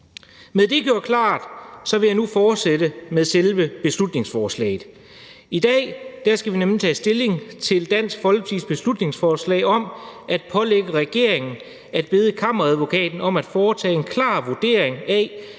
Med det gjort klart vil jeg nu fortsætte med selve beslutningsforslaget. I dag skal vi nemlig tage stilling til Dansk Folkepartis beslutningsforslag om at pålægge regeringen at bede Kammeradvokaten om at foretage en klar vurdering af,